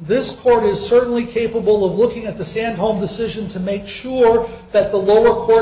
this court is certainly capable of looking at the stand home decision to make sure that the lower court